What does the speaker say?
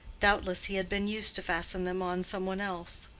doubtless he had been used to fasten them on some one else.